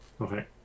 Okay